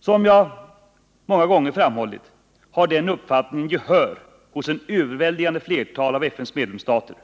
Som jag många gånger framhållit har den uppfattningen gehör hos ett överväldigande flertal av FN:s medlemsstater.